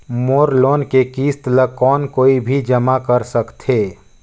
मोर loan के किस्त ल कौन कोई भी जमा कर सकथे?